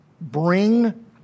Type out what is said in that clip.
bring